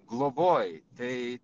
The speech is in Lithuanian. globoj tai